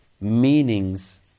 meanings